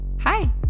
Hi